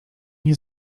nie